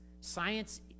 science